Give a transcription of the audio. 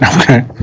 Okay